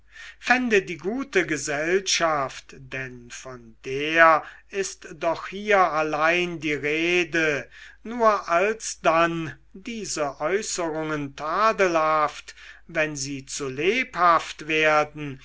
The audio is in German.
fände die gute gesellschaft denn von der ist doch hier allein die rede nur alsdann diese äußerungen tadelhaft wenn sie zu lebhaft werden